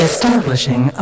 Establishing